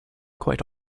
quite